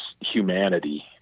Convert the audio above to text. humanity